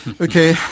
Okay